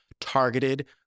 targeted